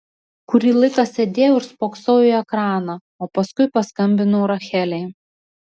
kurį laiką sėdėjau ir spoksojau į ekraną o paskui paskambinau rachelei